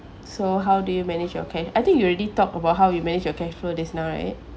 so how do you manage your ca~ I think you already talk about how you manage your cashflow just now right